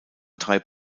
drei